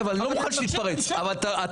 אם אתה אומר